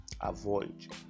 avoid